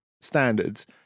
standards